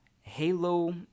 Halo